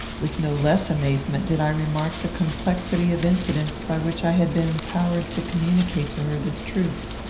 with no less amazement did i remark the complexity of incidents by which i had been empowered to communicate to her this truth.